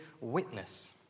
witness